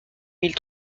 mille